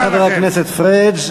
תודה, חבר הכנסת פריג'.